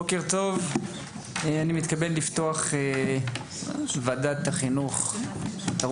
בוקר טוב אני מתכבד לפתוח את ישיבת הוועדה.